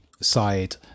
side